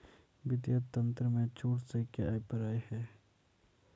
वित्तीय तंत्र में छूट से क्या अभिप्राय है?